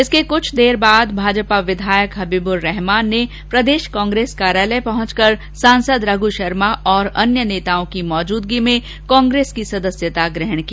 इसके कुछ देर बाद भाजपा विधायक हबीबुर्रहमान ने प्रदेष कांग्रेस कार्यालय पहुंचकर सांसद रघु शर्मा और अन्य नेताओं की मौजूदगी में कांग्रेस की सदस्यता ग्रहण की